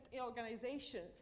organizations